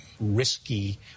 risky